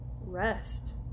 rest